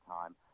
time